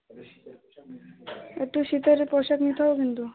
একটু শীতের পোশাক নিতে হবে কিন্তু